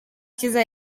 cyiza